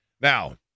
Now